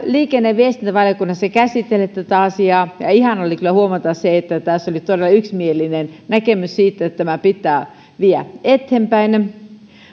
liikenne ja viestintävaliokunnassa käsitelleet tätä asiaa ja ihanaa oli kyllä huomata se että oli todella yksimielinen näkemys siitä että tämä pitää viedä eteenpäin